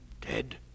Dead